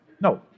No